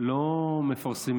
לא מפרסמים